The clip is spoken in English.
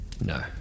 No